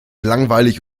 langweilig